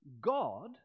God